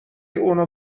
اونو